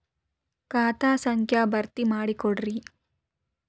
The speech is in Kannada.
ಖಾತಾ ಸಂಖ್ಯಾ ಭರ್ತಿ ಮಾಡಿಕೊಡ್ರಿ